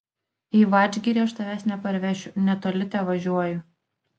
į vadžgirį aš tavęs neparvešiu netoli tevažiuoju